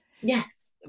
Yes